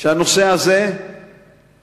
שהנושא הזה חשוב.